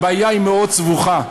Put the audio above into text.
הבעיה היא מאוד סבוכה,